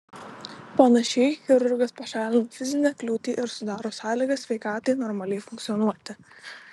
panašiai chirurgas pašalina fizinę kliūtį ir sudaro sąlygas sveikatai normaliai funkcionuoti